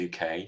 UK